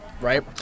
right